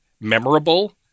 memorable